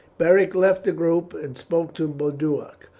beric left the group and spoke to boduoc,